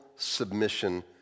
Submission